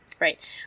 Right